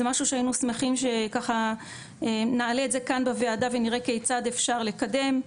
זה משהו שהיינו שמחים שככה נעלה את זה כאן בוועדה ונראה כיצד אפשר לקדם.